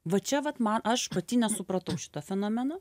va čia vat man aš pati nesupratau šito fenomeno